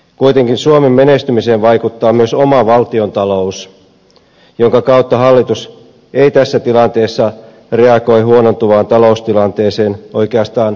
kuitenkin suomen menestymiseen vaikuttaa myös oma valtiontalous jonka kautta hallitus ei tässä tilanteessa reagoi huonontuvaan taloustilanteeseen oikeastaan mitenkään